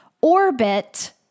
orbit